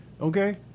Okay